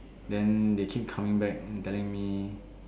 then they keep coming back and telling me